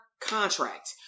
contract